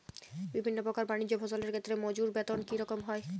বিভিন্ন প্রকার বানিজ্য ফসলের ক্ষেত্রে মজুর বেতন কী রকম হয়?